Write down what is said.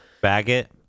Baggett